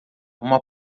uma